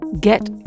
get